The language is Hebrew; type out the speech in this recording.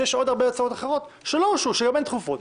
יש עוד הרבה הצעות אחרות שלא אושרו שגם הן דחופות.